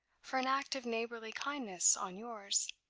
for an act of neighborly kindness on yours.